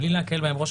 בלי להקל בהם ראש,